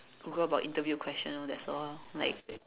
Google about interview question orh that's all ah like